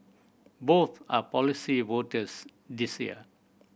both are policy voters this year